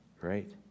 right